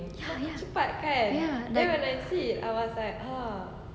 ya ya like